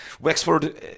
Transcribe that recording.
Wexford